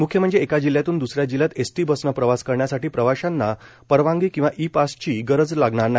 मुख्य म्हणजे एका जिल्ह्यातून दुसऱ्या जिल्ह्यात एसटी बसनं प्रवास करण्यासाठी प्रवाशांना परवानगी किंवा ई पासची गरज लागणार नाही